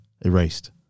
erased